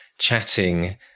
chatting